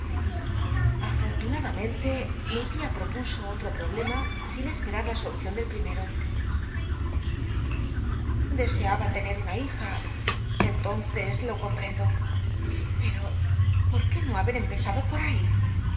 afortunadamente mi tia propuso otro problema sin esperar la solucion del primero deseaba tener una bija entonces lo comprcndo pero por qué no haber empezado por ahí